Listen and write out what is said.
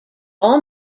all